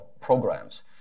programs